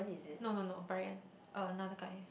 no no no Bryan uh another guy